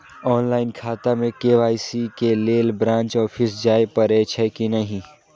Online खाता में KYC के लेल ब्रांच ऑफिस जाय परेछै कि नहिं?